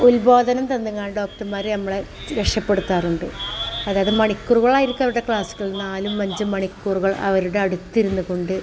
ഉൽബോധനം തന്ന് അങ്ങ് ഡോക്ടർമാർ നമ്മളെ രക്ഷപ്പെടുത്താറുണ്ട് അതായത് മണിക്കൂറുകൾ ആയിരിക്കും അവരുടെ ക്ലാസുകൾ നാലും അഞ്ചും മണിക്കൂറുകൾ അവരുടെ അടുത്തിരുന്ന് കൊണ്ട്